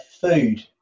food